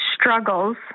struggles